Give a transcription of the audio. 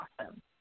awesome